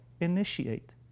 initiate